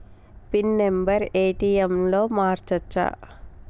Pin number ATM లో మార్చచ్చా?